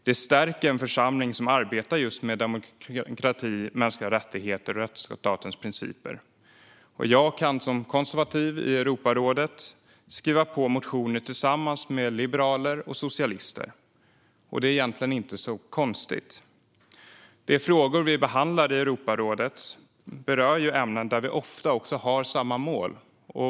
Det stärker en församling som arbetar med just demokrati, mänskliga rättigheter och rättsstatens principer. Jag kan som konservativ i Europarådet skriva på motioner tillsammans med liberaler och socialister, och det är egentligen inte så konstigt. De frågor vi i behandlar i Europarådet berör ju ämnen där vi ofta har samma mål.